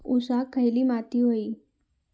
ऊसाक खयली माती व्हयी?